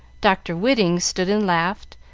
dr. whiting stood and laughed,